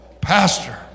pastor